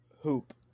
Hoop